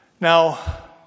Now